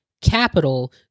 capital